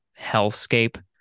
hellscape